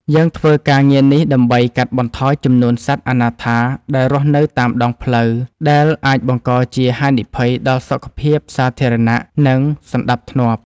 យើងធ្វើការងារនេះដើម្បីកាត់បន្ថយចំនួនសត្វអនាថាដែលរស់នៅតាមដងផ្លូវ ដែលអាចបង្កជាហានិភ័យដល់សុខភាពសាធារណៈ និងសណ្ដាប់ធ្នាប់។